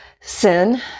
sin